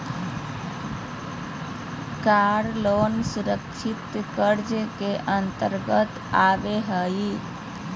कार loan सुरक्षित कर्ज के अंतर्गत आबो हय